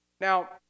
Now